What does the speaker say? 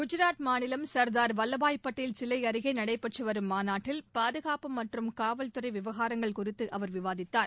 குஜராத் மாநிலத்தில் ச்தார் வல்வபாய் படேல் சிலை அமைந்துள்ள அருகே நடைபெற்றுவரும் மாநாட்டில் பாதுகாப்பு மற்றும் காவல்துறை விவகாரங்கள் குறித்து அவர் விவாதித்தார்